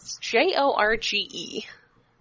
J-O-R-G-E